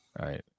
right